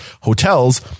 hotels